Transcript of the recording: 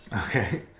Okay